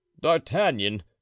d'artagnan